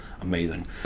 amazing